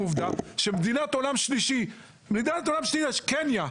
עובדה שמדינת עולם שלישי כמו קנייה,